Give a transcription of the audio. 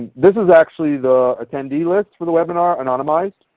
this is actually the attendee list for the webinar anonymized.